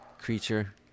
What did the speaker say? creature